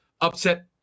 upset